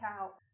out